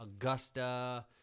Augusta